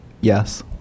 yes